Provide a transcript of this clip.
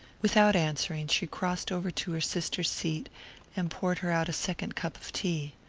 without answering, she crossed over to her sister's seat and poured her out a second cup of tea.